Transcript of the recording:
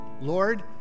Lord